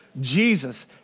Jesus